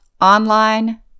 online